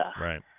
right